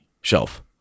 shelf